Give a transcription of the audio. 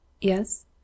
Yes